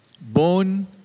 bone